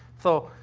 so,